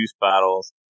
bottles